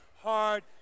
hard